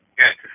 good